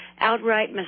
outright